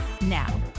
now